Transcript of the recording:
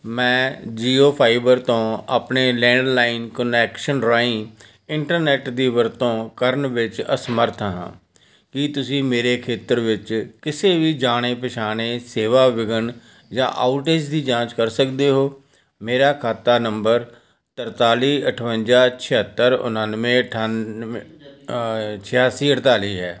ਮੈਂ ਜੀਓ ਫਾਈਬਰ ਤੋਂ ਆਪਣੇ ਲੈਂਡਲਾਈਨ ਕੁਨੈਕਸ਼ਨ ਰਾਹੀਂ ਇੰਟਰਨੈੱਟ ਦੀ ਵਰਤੋਂ ਕਰਨ ਵਿੱਚ ਅਸਮਰੱਥ ਹਾਂ ਕੀ ਤੁਸੀਂ ਮੇਰੇ ਖੇਤਰ ਵਿੱਚ ਕਿਸੇ ਵੀ ਜਾਣੇ ਪਛਾਣੇ ਸੇਵਾ ਵਿਘਨ ਜਾਂ ਆਉਟੇਜ ਦੀ ਜਾਂਚ ਕਰ ਸਕਦੇ ਹੋ ਮੇਰਾ ਖਾਤਾ ਨੰਬਰ ਤਿਰਤਾਲੀ ਅਠਵੰਜਾ ਛਿਹੱਤਰ ਉਣਾਨਵੇਂ ਅਠਾਨਵੇਂ ਛਿਆਸੀ ਅਠਤਾਲੀ ਹੈ